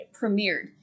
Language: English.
premiered